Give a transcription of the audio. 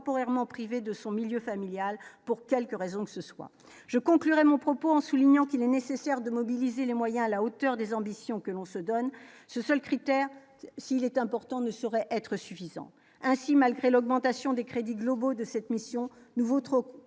temporairement privé de son milieu familial, pour quelque raison que ce soit je conclurai mon propos en soulignant qu'il est nécessaire de mobiliser les moyens à la hauteur des ambitions que l'on se donne ce seul critère, s'il est important, ne saurait être suffisant, ainsi, malgré l'augmentation des crédits globaux de cette mission nouveau votre